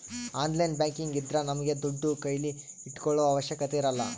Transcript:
online banking ಇದ್ರ ನಮ್ಗೆ ದುಡ್ಡು ಕೈಲಿ ಇಟ್ಕೊಳೋ ಅವಶ್ಯಕತೆ ಇರಲ್ಲ